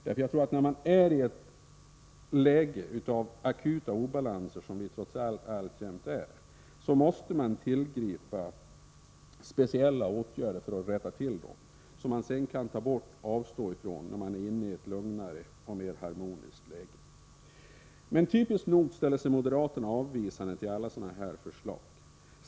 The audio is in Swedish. När man befinner sig i ett läge av akuta obalanser, som vi trots allt alltjämt gör, måste man tillgripa speciella åtgärder för att rätta till dem, som man sedan kan avstå från när man är inne i ett lugnare och mera harmoniskt skede. Typiskt nog ställer sig moderaterna avvisande till alla sådana förslag.